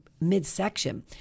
midsection